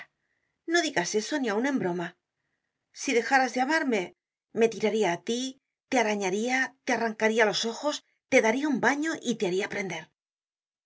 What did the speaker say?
no digas eso ni aun en broma si dejaras de amarme me tiraria á tí te arañaria te arrancaría los ojos te daria un baño y te haria prender